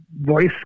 voice